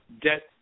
debt